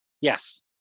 Yes